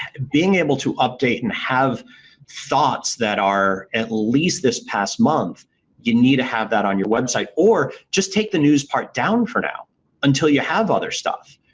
being able to update and have thoughts that are at least this past month you need to have that on your website or just take the news part down for now until you have other stuff.